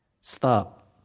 Stop